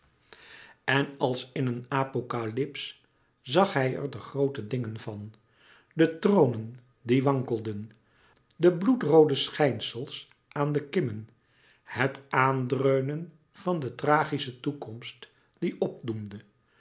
en als in een apocalyps zag hij er de groote dingen van de tronen die wankelden de bloedroode schijnsels aan de kimmen het aandreunen van de tragische toekomst die opdoemde